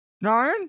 Nine